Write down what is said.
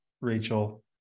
Rachel